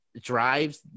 drives